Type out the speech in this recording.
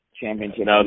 championship